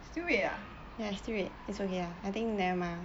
still wait ah